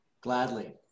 Gladly